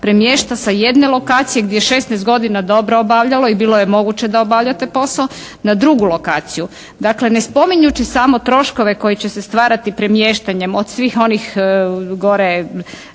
premješta sa jedne lokacije gdje je 16 godina dobro obavljalo i bilo je moguće da obavlja taj posao na drugu lokaciju. Dakle, ne spominjući samo troškove koji će se stvarati premještanjem od svih onih gore